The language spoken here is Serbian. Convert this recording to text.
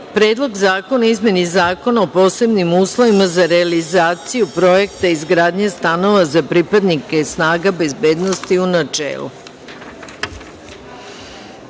Predlog zakona o izmeni Zakona o posebnim uslovima za realizaciju projekta izgradnje stanova za pripadnike snaga bezbednosti u